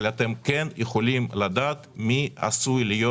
אבל אתם כן יכולים לדעת מי עשוי להיות